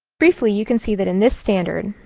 briefly, you can see that in this standard,